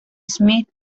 smith